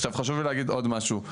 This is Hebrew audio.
עכשיו חשוב לי להגיד עוד משהו.